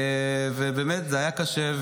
ובאמת זה היה קשה,